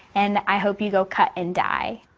and i hope you go cut and die.